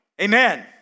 amen